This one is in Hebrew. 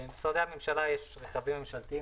במשרדי הממשלה יש רכבים ממשלתיים,